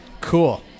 Cool